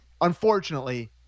unfortunately